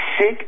sick